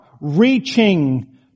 reaching